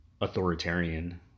authoritarian